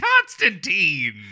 Constantine